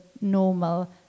normal